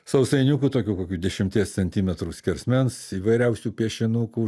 sausainiukų tokių kokių dešimties centimetrų skersmens įvairiausių piešinukų